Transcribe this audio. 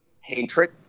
hatred